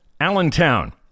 Allentown